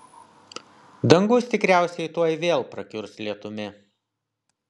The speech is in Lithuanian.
dangus tikriausiai tuoj vėl prakiurs lietumi